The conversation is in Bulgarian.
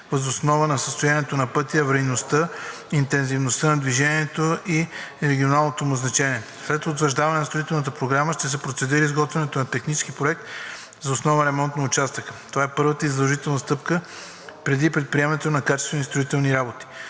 въз основа на състоянието на пътя, аварийността, интензивността на движението и регионалното му значение. След утвърждаване на строителната програма ще се процедира и изготвянето на технически проект за основен ремонт на участъка. Това е първата и задължителна стъпка преди предприемането на качествени строителни работи.